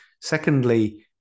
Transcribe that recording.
Secondly